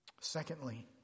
Secondly